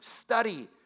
Study